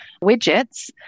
widgets